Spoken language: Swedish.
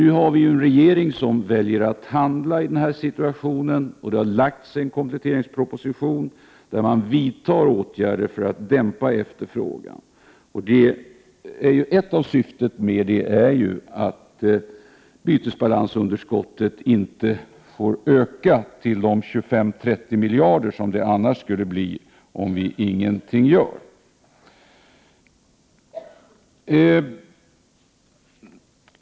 Nu har vi emellertid en regering som väljer att handla i den här situationen, och det har också lagts fram en kompletteringsproposition, där det har vidtagits åtgärder för att dämpa efterfrågan. Ett av syftena härmed är ju att bytesbalansunderskottet inte får öka till de 25-30 miljarder som det skulle bli om vi ingenting gör.